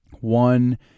One